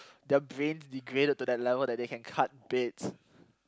their brains degraded to that level that they can cut beds